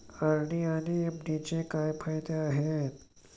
RD आणि एफ.डीचे काय फायदे आहेत?